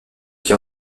qui